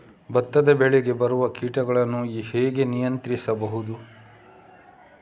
ಭತ್ತದ ಬೆಳೆಗೆ ಬರುವ ಕೀಟಗಳನ್ನು ಹೇಗೆ ನಿಯಂತ್ರಿಸಬಹುದು?